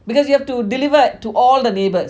because you have to deliver to all the neighbours